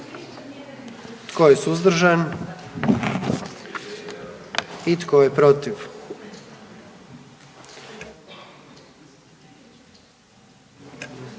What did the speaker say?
Tko je suzdržan? I tko je protiv?